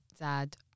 dad